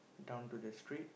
down to the street